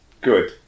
good